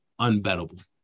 unbettable